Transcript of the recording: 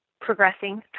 progressing